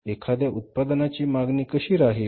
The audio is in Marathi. एखाद्या उत्पादनाची मागणी कशी राहील